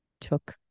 took